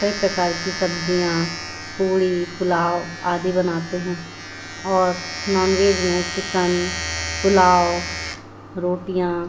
कई प्रकार की सब्ज़ियां पूड़ी पुलाव आदि बनाते हैं और नॉन वेज में चिकन पुलाव रोटियाँ